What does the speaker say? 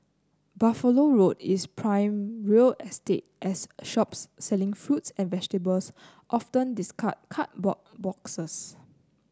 Buffalo Road is prime real estate as shops selling fruits and vegetables often discard cardboard boxes